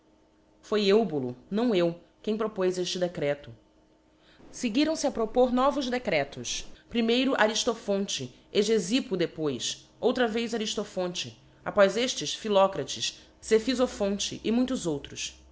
foi eubulo não eu quem propoz efte decreto seguiram fe a propor novos decretos primeiro ariftophonte hegefippo depois outra vez ariftophonte após eftes philocrates cephifophonte e muitos outros